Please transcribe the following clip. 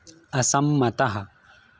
असम्मतः